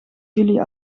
jullie